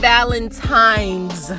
Valentine's